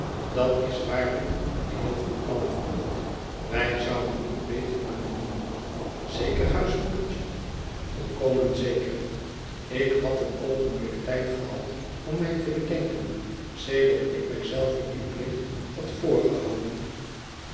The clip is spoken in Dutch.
dat is waarlijk een heel goed plan voogd wij zouden niet beter kunnen doen zeker huismoedertje volkomen zeker ik had een oogenblik tijd gehad om mij te bedenken sedert ik mij zelve dien plicht had voorgehouden